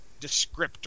descriptor